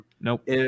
Nope